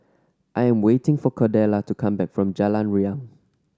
I am waiting for Cordella to come back from Jalan Riang